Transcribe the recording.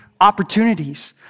opportunities